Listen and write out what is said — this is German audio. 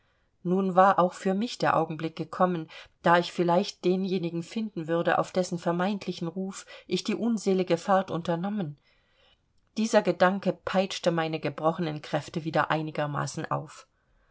nun war auch für mich der augenblick gekommen da ich vielleicht denjenigen finden würde auf dessen vermeintlichen ruf ich die unselige fahrt unternommen dieser gedanke peitschte meine gebrochenen kräfte wieder einigermaßen auf